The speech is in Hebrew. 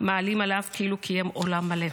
מעלים עליו כאילו קיים עולם מלא".